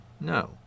no